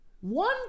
One